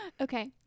Okay